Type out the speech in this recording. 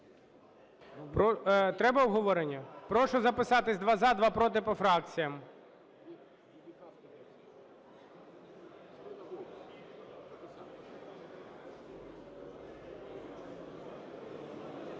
Треба обговорення? Прошу записатись: два – за, два – проти - по фракціях.